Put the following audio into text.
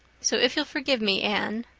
so if you'll forgive me, anne,